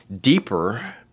deeper—